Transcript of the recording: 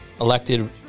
elected